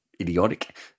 idiotic